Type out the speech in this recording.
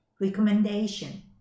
Recommendation